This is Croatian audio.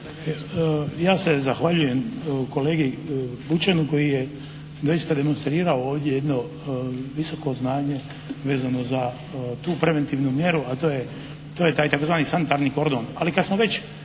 Ja se zahvaljujem kolegi Bućanu koji je doista demonstrirao ovdje jedno visoko znanje vezano za tu preventivnu mjeru, a to je taj tzv. sanitarni kordon.